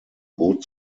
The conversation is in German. boot